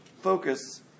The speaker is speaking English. focus